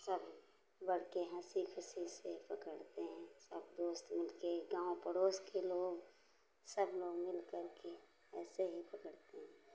सब बड़के हंसी खुशी से पकड़ते हैं सब दोस्त मिल के गाँव पड़ोस के लोग सब लोग मिलकर के ऐसे ही पकड़ते हैं